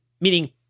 meaning